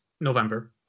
november